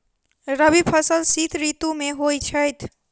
रबी फसल शीत ऋतु मे होए छैथ?